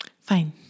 Fine